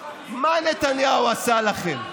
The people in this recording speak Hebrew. מה נתניהו עשה לכם?